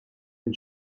den